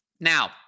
Now